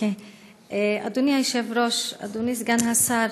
אדוני היושב-ראש, אדוני סגן השר,